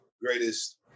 greatest